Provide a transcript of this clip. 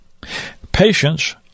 Patience